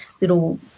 little